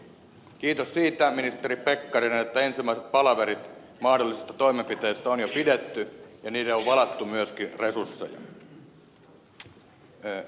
kiitos siitä ministeri pekkarinen että ensimmäiset palaverit mahdollisista toimenpiteistä on jo pidetty ja niille on varattu myöskin resursseja